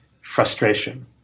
frustration